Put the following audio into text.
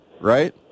right